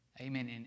Amen